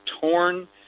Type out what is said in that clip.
torn